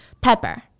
Pepper